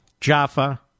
Jaffa